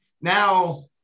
now